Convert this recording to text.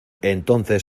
entonces